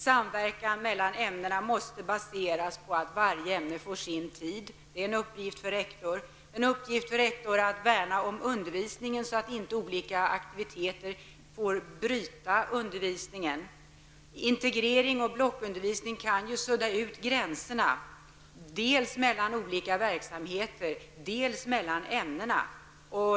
Samverkan mellan ämnena måste baseras på att varje ämne får sin tid. Detta är en uppgift för rektor. Rektors uppgift är också att värna om undervisningen, så att inte olika aktiviteter får bryta undervisningen. Integrering och blockundervisning kan ju sudda ut gränserna dels mellan olika verksamheter, dels mellan ämnena.